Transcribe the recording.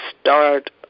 start